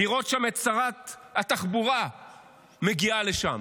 לראות שם את שרת התחבורה מגיעה לשם,